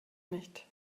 nicht